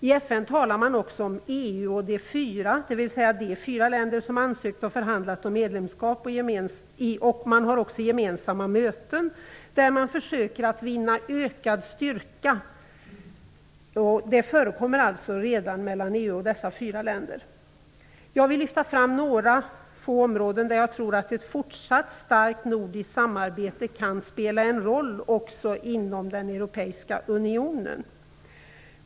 I FN talar man också om EU och de fyra, dvs. de fyra länder som ansökt och förhandlat om medlemskap. Gemensamma möten där man försöker vinna ökad styrka förekommer redan mellan dessa länder. Jag vill lyfta fram några områden där jag tror att ett fortsatt starkt nordiskt samarbete kan spela en roll också inom den europeiska unionen.